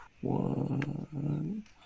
one